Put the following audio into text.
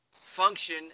function